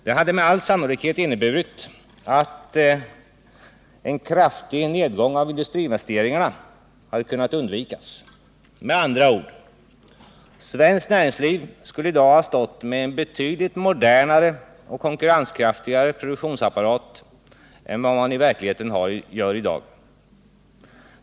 Det hade med all sannolikhet inneburit att en kraftig nedgång av industriinvesteringarna hade kunnat undvikas. Man skulle med andra ord inom svenskt näringsliv ha haft en betydligt modernare och mer konkurrenskraftig produktionsapparat än vad man i verkligheten har i dag.